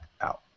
out